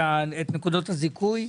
את נקודות הזיכוי.